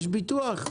יש ביטוח?